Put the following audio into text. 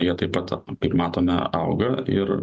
jie taip pat kaip matome auga ir